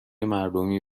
مردمی